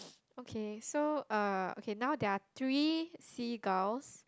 okay so uh okay now there are three seagulls